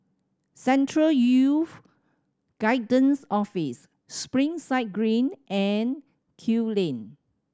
Central Youth Guidance Office Springside Green and Kew Lane